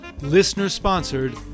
Listener-sponsored